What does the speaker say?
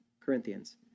Corinthians